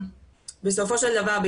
ובסופו של דבר,